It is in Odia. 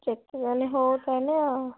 ଯେତେ ଯାହେଲେ ହଉ ତା' ହେଲେ ଆଉ